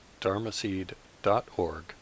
dharmaseed.org